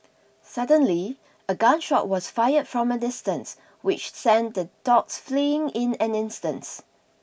suddenly a gun shot was fired from a distance which sent the dogs fleeing in an instance